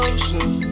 ocean